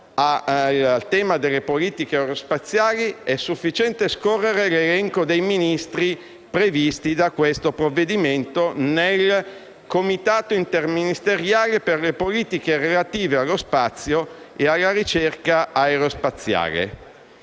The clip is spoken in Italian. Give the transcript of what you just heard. al tema delle politiche aerospaziali è sufficiente scorrere l'elenco dei Ministri previsti da questo provvedimento nel Comitato interministeriale per le politiche relative allo spazio e alla ricerca aerospaziale: